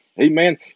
Amen